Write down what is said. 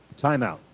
timeout